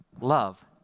love